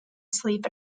sleep